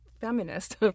Feminist